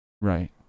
right